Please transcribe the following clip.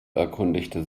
erkundigte